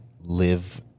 live